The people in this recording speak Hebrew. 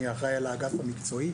אני אחראי על האגף המקצועי.